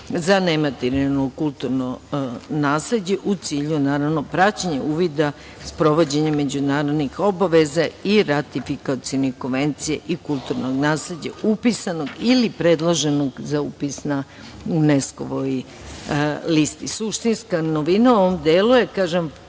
za nematerijalno kulturno nasleđe, u cilju praćenja uvida, sprovođenja naravno međunarodnih obaveza i ratifikacione konvencije i kulturnog nasleđa, upisanog ili predloženog za upis na UNESKO-ovoj listi. Suštinska novina u ovom delu je